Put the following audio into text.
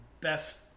best